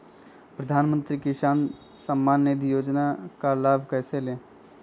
प्रधानमंत्री किसान समान निधि योजना का लाभ कैसे ले?